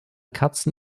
katzen